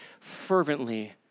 fervently